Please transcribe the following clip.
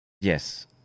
Yes